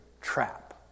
trap